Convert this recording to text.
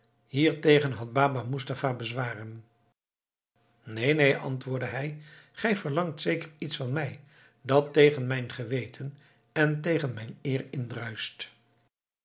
hiertegen had baba moestapha bezwaren neen neen antwoordde hij gij verlangt zeker iets van mij dat tegen mijn geweten en tegen mijn eer